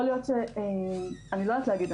יכול להיות אני לא יודעת להגיד,